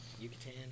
Yucatan